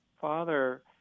father